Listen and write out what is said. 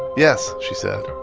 yes, she said.